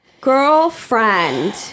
Girlfriend